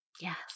Yes